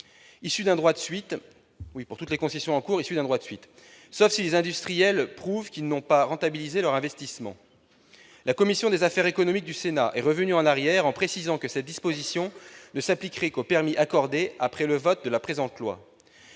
cours issues d'un droit de suite, sauf si les industriels prouvent qu'ils n'ont pas rentabilisé leur investissement. La commission des affaires économiques du Sénat est revenue en arrière en précisant que cette disposition ne s'appliquerait qu'aux permis accordés après le vote de la présente loi.